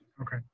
Okay